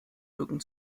mücken